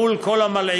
מול כל המלעיגים,